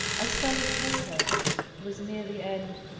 as sally poker was near the end,